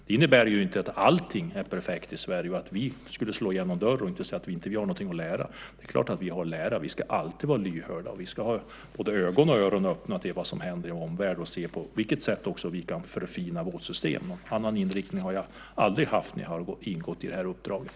Det innebär inte att allting är perfekt i Sverige och att vi skulle slå igen någon dörr och säga att vi inte har någonting att lära. Det är klart att vi har att lära. Vi ska alltid vara lyhörda. Vi ska ha både ögon och öron öppna för vad som händer i vår omvärld och se på vilket sätt vi kan förfina vårt system. Någon annan inriktning har jag aldrig haft när jag utfört uppdraget.